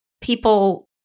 people